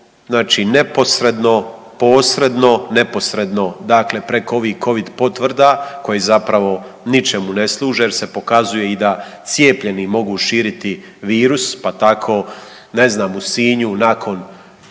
Znači neposredno, posredno, neposredno dakle preko ovih covid potvrda koje zapravo ničem ne služe jer se pokazuje da cijepljeni mogu širiti virus, pa tako ne znam u Sinju nakon